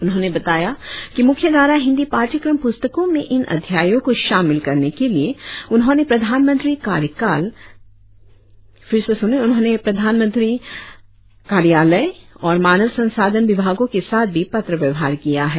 उन्होंने बताया कि मुख्यधारा हिंदी पाठ्यक्रम पुस्तकों में इन अध्यायों को शामिल करने के लिए उन्होंने प्रधानमंत्री कार्यकाल और मानव संसाधन विभागों के साथ भी पत्र व्यवहार किया है